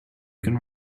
can